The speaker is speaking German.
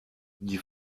die